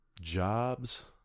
jobs